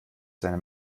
seine